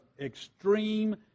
extreme